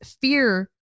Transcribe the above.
fear